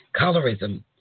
colorism